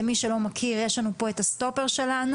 ולמי שלא מכיר יש לנו פה את הסטופר שלנו.